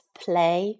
play